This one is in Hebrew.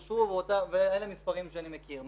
אלה המספרים שאני מכיר.